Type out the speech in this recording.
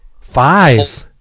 Five